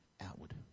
outward